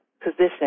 position